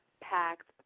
packed